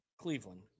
cleveland